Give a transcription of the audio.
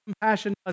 compassion